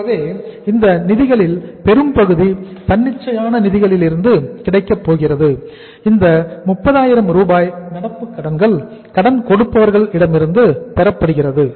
ஆகவே இந்த நிதிகளில் பெரும்பகுதி தன்னிச்சையான நிதியிலிருந்து கிடைக்கப்போகிறது இந்த 30000 ரூபாய் நடப்பு கடன்கள் கடன் கொடுப்பவர்கள் இடமிருந்து பெறப்படுகிறது